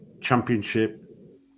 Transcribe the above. championship